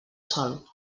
sol